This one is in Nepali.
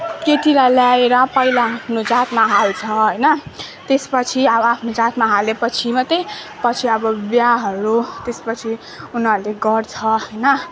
केटीलाई ल्याएर पहिला आफ्नो जातमा हाल्छ होइन त्यसपछि आफ्नो जातमा हालेपछि मात्रै पछि अब बिहाहरू त्यसपछि उनीहरूले गर्छ होइन